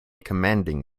commanding